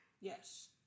Yes